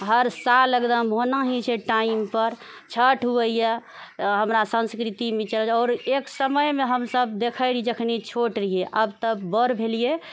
हर साल एकदम होना ही छै टाइम पर छठ होइए हमरा संस्कृतिमे आओर एक समयमे हमसभ देखैत रहियै जखनी छोट रहियै आब तऽ बड़ भेलियै